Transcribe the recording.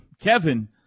Kevin